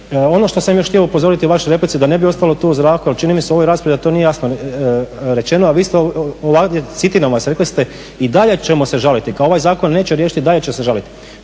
Ono što sam još htio upozoriti u vašoj replici da ne bi ostalo tu u zraku, ali čini mi se u ovoj raspravi da to nije jasno rečeno, a vi ste, citiram vas, rekli ste "I dalje ćemo se žaliti. Ovaj zakon neće riješiti i dalje će se žaliti."